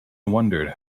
wondered